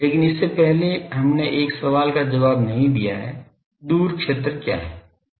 लेकिन इससे पहले हमने एक सवाल का जवाब नहीं दिया है दूर क्षेत्र क्या है